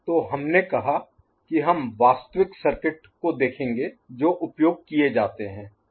तो हमने कहा कि हम वास्तविक सर्किट को देखेंगे जो उपयोग किए जाते हैं